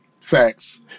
Facts